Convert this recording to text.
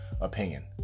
opinion